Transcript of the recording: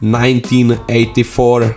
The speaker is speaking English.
1984